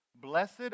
Blessed